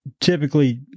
typically